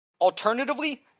Alternatively